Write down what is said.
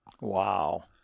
Wow